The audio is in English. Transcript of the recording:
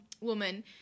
woman